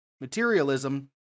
materialism